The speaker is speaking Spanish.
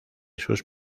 sus